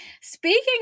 speaking